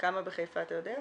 כמה בחיפה, אתה יודע?